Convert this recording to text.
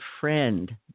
friend